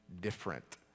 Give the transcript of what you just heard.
different